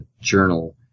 journal